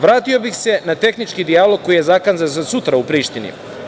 Vratio bih se na tehnički dijalog koji je zakazan za sutra u Prištini.